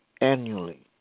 annually